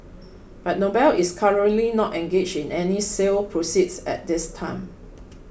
but Noble is currently not engaged in any sale process at this time